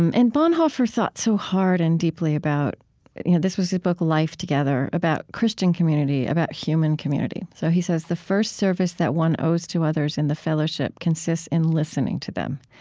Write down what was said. um and bonhoeffer thought so hard and deeply about you know this was his book life together, about christian community, about human community so he says, the first service that one owes to others in the fellowship consists in listening to them.